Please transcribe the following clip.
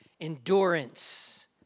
endurance